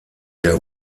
der